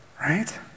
right